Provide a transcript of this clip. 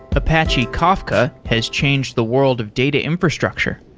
apache kafka has changed the world of data infrastructure,